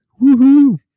Woohoo